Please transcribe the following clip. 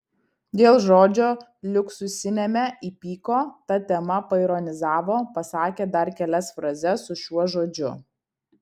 dėl žodžio liuksusiniame įpyko ta tema paironizavo pasakė dar kelias frazes su šiuo žodžiu